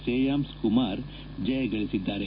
ಶ್ರೇಯಾಮ್ ಕುಮಾರ್ ಜಯ ಗಳಿಸಿದ್ದಾರೆ